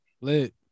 Lit